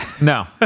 no